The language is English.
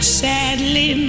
sadly